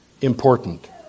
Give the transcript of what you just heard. important